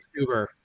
youtuber